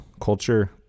culture